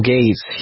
Gates